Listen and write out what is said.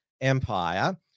empire